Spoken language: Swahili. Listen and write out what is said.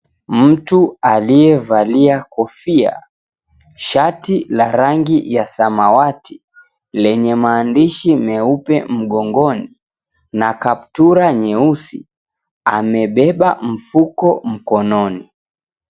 Mtu aliyevalia kofia, shati la rangi ya samawati lenye maandishi meupe mgongoni na kaptura nyeusi amebeba mfuko mkononi.